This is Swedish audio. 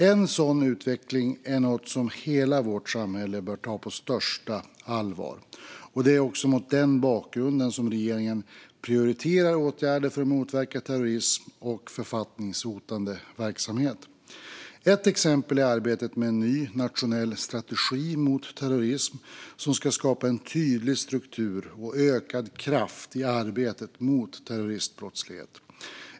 En sådan utveckling är något som hela vårt samhälle bör ta på största allvar, och det är mot den bakgrunden som regeringen prioriterar åtgärder för att motverka terrorism och författningshotande verksamhet. Ett exempel är arbetet med en ny nationell strategi mot terrorism, som ska skapa en tydlig struktur och ökad kraft i arbetet mot terroristbrottslighet.